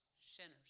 Sinners